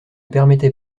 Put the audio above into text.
permettait